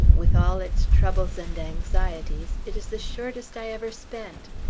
with all its troubles and anxieties, it is the shortest i ever spent!